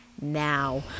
now